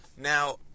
Now